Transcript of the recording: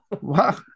Wow